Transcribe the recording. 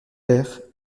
père